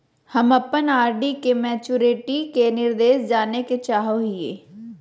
हम अप्पन आर.डी के मैचुरीटी के निर्देश जाने के चाहो हिअइ